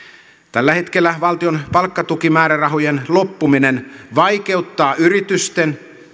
tällä hetkellä valtion palkkatukimäärärahojen loppuminen vaikeuttaa yritysten